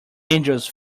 angels